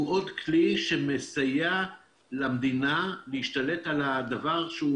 אבל זה עוד כלי שמסייע למדינה להשתלט על הדבר הזה,